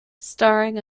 starring